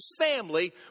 family